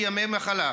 ניכוי ימי מחלה),